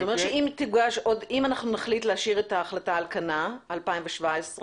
כלומר אם נחליט להשאיר את ההחלטה על כנה, 2017,